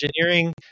engineering